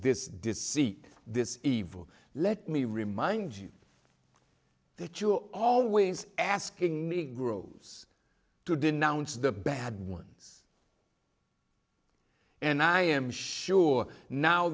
this deceit this evil let me remind you that you always asking me groups to denounce the bad ones and i am sure now